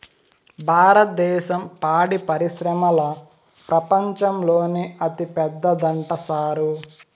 భారద్దేశం పాడి పరిశ్రమల ప్రపంచంలోనే అతిపెద్దదంట సారూ